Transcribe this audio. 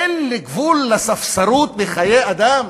אין גבול לספסרות בחיי אדם?